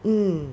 mm